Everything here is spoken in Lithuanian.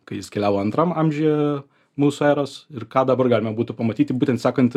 kai jis keliavo antram amžiuje mūsų eros ir ką dabar galima būtų pamatyti būtent sekant